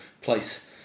place